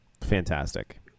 Fantastic